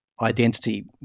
identity